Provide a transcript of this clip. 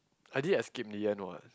I did escape in the end what